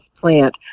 plant